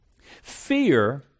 Fear